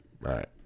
Right